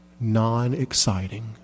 non-exciting